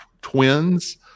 twins